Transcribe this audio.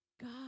God